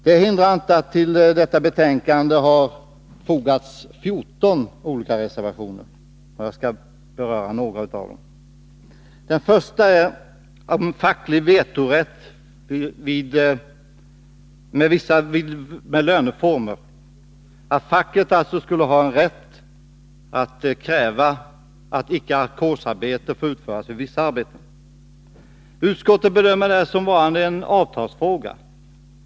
Detta hindrar inte att det till detta betänkande har fogats 14 olika reservationer. Jag skall beröra några av dem. Den första reservationen gäller facklig vetorätt vid vissa löneformer, dvs. att facket skulle ha rätt att kräva att ackordsarbete icke får utföras vid vissa arbeten. Utskottet bedömer detta som varande en avtalsfråga.